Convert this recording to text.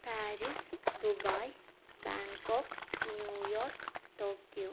Paris Dubai Bangkok New York Tokyo